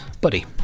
Buddy